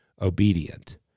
obedient